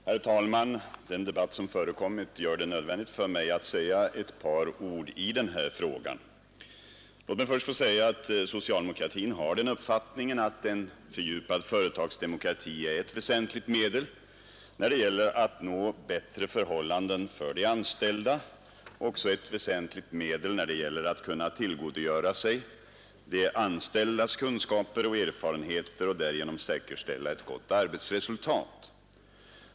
Herr talman! Den debatt som förekommit gör det nödvändigt för mig att säga några ord i denna fråga. Jag vill först framhålla att socialdemokratin har den uppfattningen att en fördjupad företagsdemokrati är ett väsentligt medel när det gäller att uppnå bättre förhållanden för de anställda liksom också när det gäller att tillgodogöra sig de anställdas kunskaper och erfarenheter och därigenom säkerställa ett gott arbetsresultat.